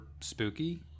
spooky